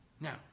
Now